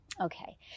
Okay